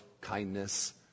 kindness